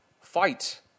fight